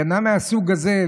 הגנה מהסוג הזה,